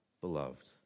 beloved